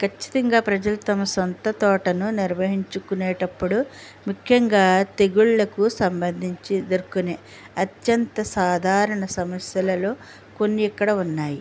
కచ్చితంగా ప్రజలు తమ సొంత తోటని నిర్వహించుకునేటప్పుడు ముఖ్యంగా తెగుళ్ళకు సంబంధించి ఎదుర్కొనే అత్యంత సాధారణ సమస్యలలో కొన్ని ఇక్కడ ఉన్నాయి